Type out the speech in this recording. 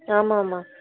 ஆமாம் ஆமாம்